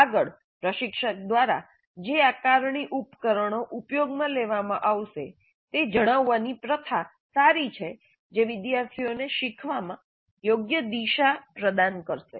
આગળ પ્રશિક્ષક દ્વારા જે આકારણી ઉપકરણો ઉપયોગમાં લેવામાં આવશે તે જણાવવાની પ્રથા સારી છે જે વિદ્યાર્થીઓ ને શીખવવામાં યોગ્ય દિશા પ્રદાન કરશે